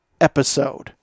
episode